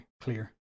clear